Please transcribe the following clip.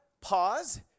pause